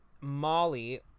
Molly